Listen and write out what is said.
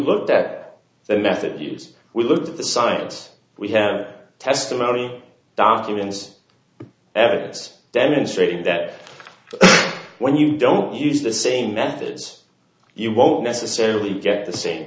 looked at the method of use we looked at the science we have testimony documents evidence demonstrating that when you don't use the same methods you won't necessarily get the same